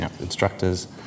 instructors